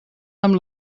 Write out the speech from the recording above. amb